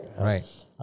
right